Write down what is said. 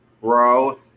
Bro